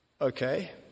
Okay